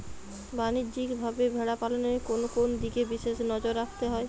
বাণিজ্যিকভাবে ভেড়া পালনে কোন কোন দিকে বিশেষ নজর রাখতে হয়?